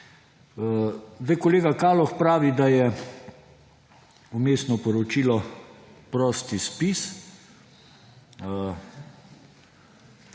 Kolega Kaloh pravi, da je vmesno poročilo prosti spis,